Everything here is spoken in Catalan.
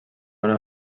una